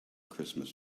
christmas